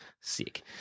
Sick